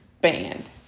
Band